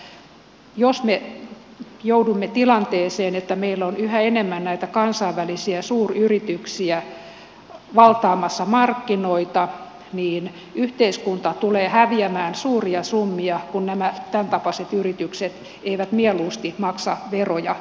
jos me joudumme tilanteeseen että meillä on yhä enemmän näitä kansainvälisiä suuryrityksiä valtaamassa markkinoita niin yhteiskunta tulee häviämään suuria summia kun nämä tämäntapaiset yritykset eivät mieluusti maksa veroja suomeen